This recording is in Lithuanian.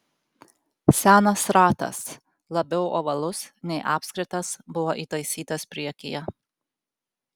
senas ratas labiau ovalus nei apskritas buvo įtaisytas priekyje